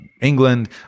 England